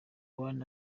one